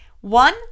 one